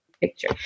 picture